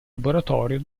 laboratorio